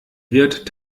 wirt